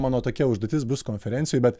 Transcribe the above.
mano tokia užduotis bus konferencijoj bet